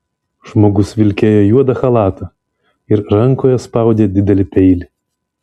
žmogus vilkėjo juodą chalatą ir rankoje spaudė didelį peilį